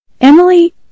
Emily